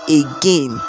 again